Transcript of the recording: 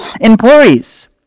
employees